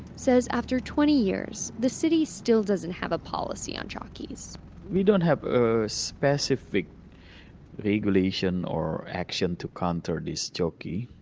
says after twenty years, the city still doesn't have a policy on jockeys we don't have a specific regulation or action to counter the the so jockey.